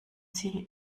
sie